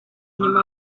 nyuma